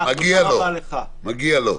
מגיע לו.